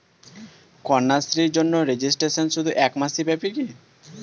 কন্যাশ্রীর জন্য রেজিস্ট্রেশন শুধু এক মাস ব্যাপীই কি?